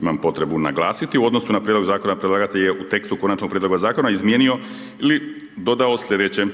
imam potrebu naglasiti, u odnosu na prijedlog zakona, predlagatelj u konačnog prijedloga zakona izmijenio ili dodao slijedeće.